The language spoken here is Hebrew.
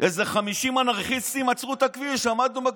איזה 50 אנרכיסטים שעצרו את הכביש.